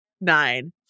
nine